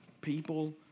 people